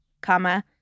comma